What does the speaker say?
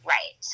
Right